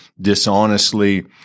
dishonestly